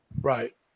Right